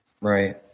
right